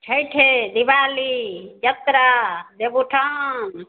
छैठे दिवाली जतरा देवउठान